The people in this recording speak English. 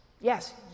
yes